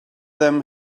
them